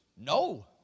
no